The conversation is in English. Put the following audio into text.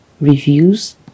reviews